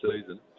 season